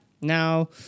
now